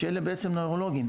שאלה בעצם נוירולוגים.